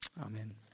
Amen